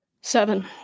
Seven